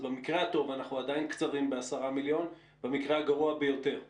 במקרה הטוב אנחנו עדיין קצרים ב-10 מיליון ובמקרה הגרוע ביותר מיליונים.